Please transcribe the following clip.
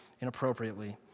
inappropriately